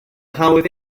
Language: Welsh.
hawdd